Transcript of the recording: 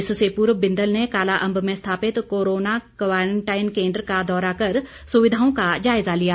इससे पूर्व बिंदल ने कालाअंब में स्थापित कोरोना क्वारंटाइन केन्द्र का दौरा कर सुविधाओं का जायज़ा लिया